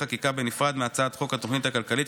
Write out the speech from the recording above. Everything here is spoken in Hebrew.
חקיקה בנפרד מהצעת חוק התוכנית הכלכלית,